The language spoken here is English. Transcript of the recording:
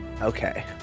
Okay